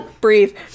Breathe